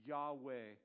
Yahweh